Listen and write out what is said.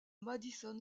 madison